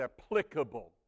applicable